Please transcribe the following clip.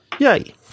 Yay